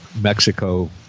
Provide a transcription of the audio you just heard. Mexico